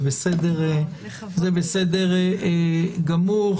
זה בסדר גמור.